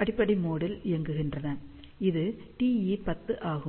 அடிப்படை மோட் ல் இயங்குகின்றன இது TE10 ஆகும்